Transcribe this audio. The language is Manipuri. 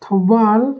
ꯊꯧꯕꯥꯜ